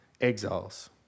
exiles